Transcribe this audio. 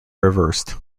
reversed